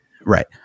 right